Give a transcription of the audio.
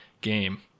game